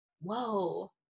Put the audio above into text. Whoa